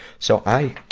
so i,